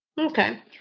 Okay